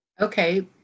Okay